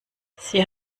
sie